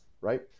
Right